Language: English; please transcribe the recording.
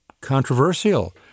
controversial